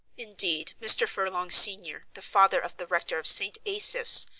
indeed, mr. furlong, senior, the father of the rector of st. asaph's,